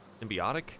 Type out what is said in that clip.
symbiotic